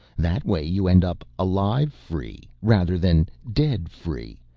that way you end up alive-free rather than dead-free,